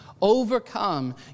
Overcome